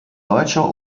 deutscher